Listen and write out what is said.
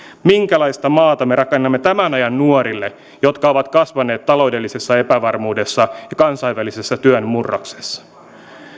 minkälaista maata me rakennamme tämän ajan nuorille jotka ovat kasvaneet taloudellisessa epävarmuudessa ja kansainvälisessä työn murroksessa